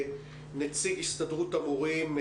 את נציג הסתדרות המורים.